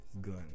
gun